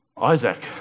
Isaac